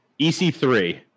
EC3